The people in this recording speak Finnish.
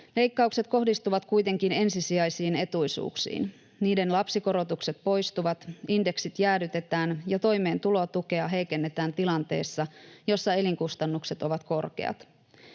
Leikkaukset kohdistuvat kuitenkin ensisijaisiin etuisuuksiin. Niiden lapsikorotukset poistuvat, indeksit jäädytetään ja toimeentulotukea heikennetään tilanteessa, jossa elinkustannukset ovat korkeat.